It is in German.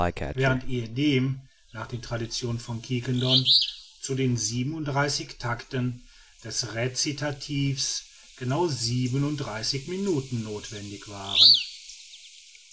während ehedem nach den traditionen von quiquendone zu den siebenunddreißig tacten des recitativs genau siebenunddreißig minuten nothwendig waren